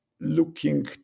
looking